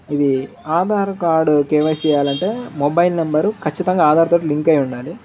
ఇది Aadhaar card KYC చేయాలంటే mobile number ఖచ్చితంగా ఆధార్ తార్డు లింక్ అయ్య ఉండాలి